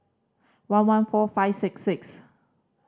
one one fourt five six six